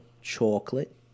Chocolate